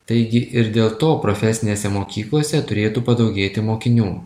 taigi ir dėl to profesinėse mokyklose turėtų padaugėti mokinių